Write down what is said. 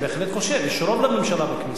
יש רוב לממשלה בכנסת.